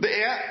Det er